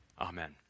Amen